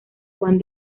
juan